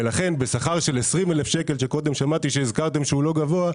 ולכן בשכר של 20,000 שקלים שקודם שמעתי שהזכרתם שהוא לא גבוה,